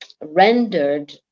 rendered